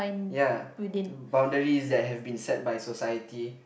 ya boundaries that have been set by society